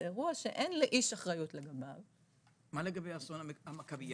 זה אירוע שאין לאיש אחריות לגביו --- מה לגבי אסון המכביה?